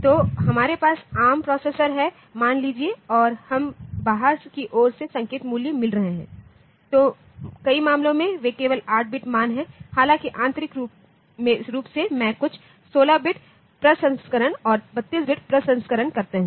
तो हमारे पास एआरएम प्रोसेसर है मान लीजिए और हमें बाहर की और से संकेत मूल्य मिल रहे हैं तो कई मामलों में वे केवल 8 बिट मान हैं हालांकि आंतरिक रूप से मैं कुछ 16 बिट प्रसंस्करण और 32 बिट प्रसंस्करण करते है